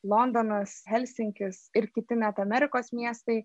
londonas helsinkis ir kiti net amerikos miestai